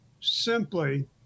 simply